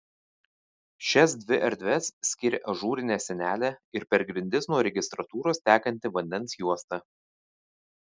šias dvi erdves skiria ažūrinė sienelė ir per grindis nuo registratūros tekanti vandens juosta